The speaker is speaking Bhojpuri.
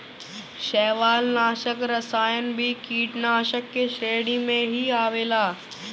शैवालनाशक रसायन भी कीटनाशाक के श्रेणी में ही आवेला